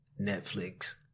netflix